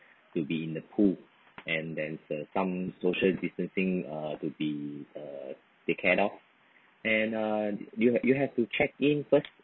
to be in the pool and then some social distancing uh to be or take care of and uh you have you have to check in first